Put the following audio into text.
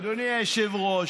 אדוני היושב-ראש,